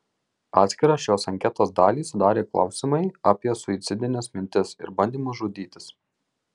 atskirą šios anketos dalį sudarė klausimai apie suicidines mintis ir bandymus žudytis